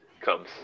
comes